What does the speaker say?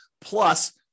plus